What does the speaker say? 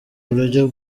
buryo